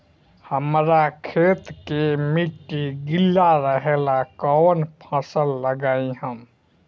हमरा खेत के मिट्टी गीला रहेला कवन फसल लगाई हम?